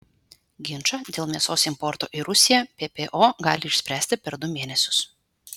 ginčą dėl mėsos importo į rusiją ppo gali išspręsti per du mėnesius